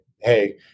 hey